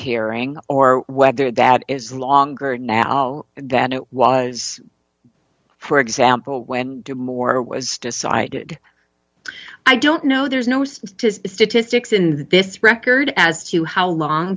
hearing or whether that is longer now than it was for example when more was decided i don't know there's no statistics in this record as to how long